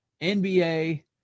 NBA